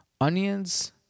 Onions